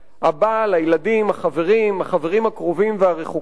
הבעל, הילדים, החברים, החברים הקרובים והרחוקים,